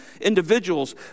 individuals